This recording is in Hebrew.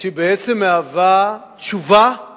שבעצם מהווה תשובה על